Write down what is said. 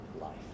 life